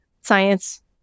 science